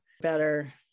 better